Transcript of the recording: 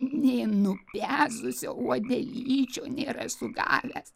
nė nupezusio uodelyčio nėra sugavęs